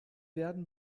werden